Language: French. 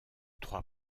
trois